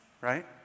Right